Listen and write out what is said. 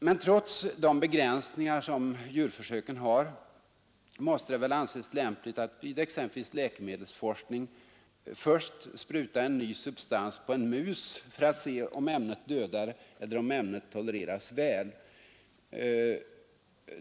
Men trots de begränsningar som djurförsöken har måste det väl anses lämpligt att vid exempelvis läkemedelsforskning först spruta en ny substans på en mus för att se om ämnet dödar eller tolereras väl.